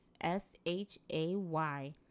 S-H-A-Y